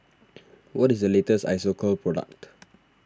what is the latest Isocal product